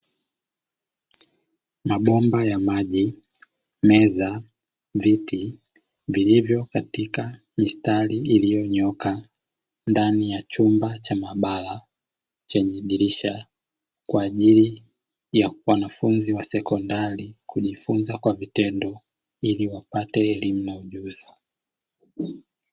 Mabomba ya maji, meza, viti, vilivyo katika mistari iliyonyooka, ndani ya chumba cha maabara chenye dirisha, kwa ajili ya wanafunzi wa sekondari kujifunza kwa vitendo ili wapate elimu na ujuzi.